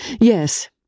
Yes